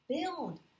build